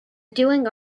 doing